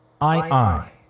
I-I